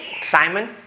Simon